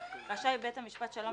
רשאי בית משפט השלום,